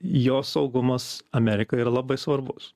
jos saugumas amerikai yra labai svarbus